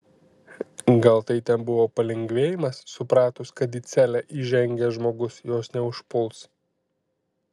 gal tai tebuvo palengvėjimas supratus kad į celę įžengęs žmogus jos neužpuls